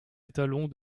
étalon